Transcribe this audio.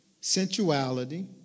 sensuality